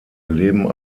leben